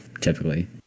typically